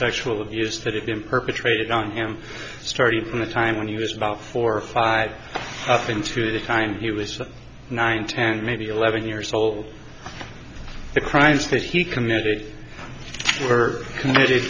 sexual abuse that had been perpetrated on him starting from the time when he was about four or five up into the time he was for nine ten maybe eleven years old the crimes that he committed were committed